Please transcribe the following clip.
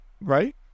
right